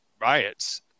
riots